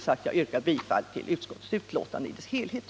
Jag yrkar bifall till utskottets hemställan i dess helhet.